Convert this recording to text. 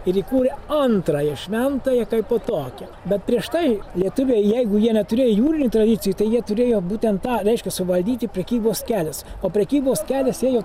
ir įkūrė antrąją šventąją kaipo tokią bet prieš tai lietuviai jeigu jie neturėjo jūrinių tradicijų tai jie turėjo būtent tą reiškias suvaldyti prekybos kelias o prekybos kelias ėjo